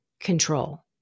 Control